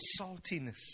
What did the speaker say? saltiness